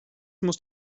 muss